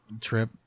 trip